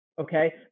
Okay